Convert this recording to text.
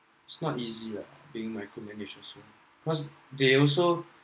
it's not easy lah being micro managed also cause they also